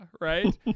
right